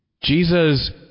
Jesus